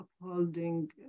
upholding